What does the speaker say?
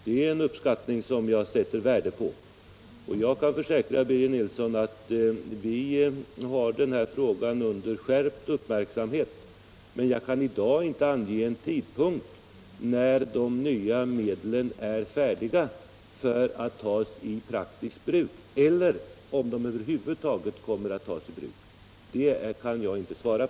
Det är en uppskattning som jag sätter värde på. Jag kan försäkra Birger Nilsson att vi har den här frågan under skärpt uppmärksamhet, men jag kan i dag inte ange en tidpunkt när de nya medlen är färdiga för att tas i praktiskt bruk eller om de över huvud taget kommer att tas i bruk.